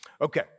Okay